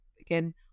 again